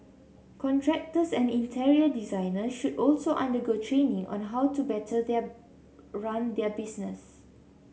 contractors and interior designer should also undergo training on how to better their run their business